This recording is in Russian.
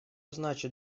значит